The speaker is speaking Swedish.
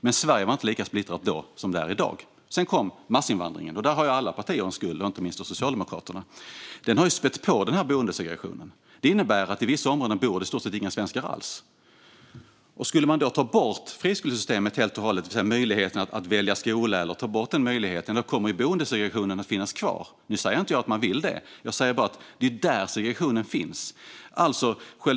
Men Sverige var inte lika splittrat då som det är i dag. Sedan kom massinvandringen. Där har alla partier en skuld, inte minst Socialdemokraterna. Och invandringen har spätt på boendesegregationen. Det innebär att i vissa områden bor det i stort sett inga svenskar alls. Skulle man ta bort friskolesystemet helt och hållet, det vill säga ta bort möjligheten att välja skola, kommer boendesegregationen att finnas kvar. Nu säger jag inte att man vill det, utan jag säger att det är där segregationen finns.